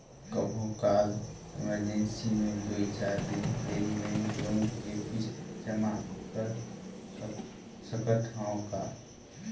कभू काल इमरजेंसी मे दुई चार दिन देरी मे लोन के किस्त जमा कर सकत हवं का?